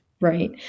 Right